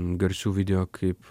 garsių video kaip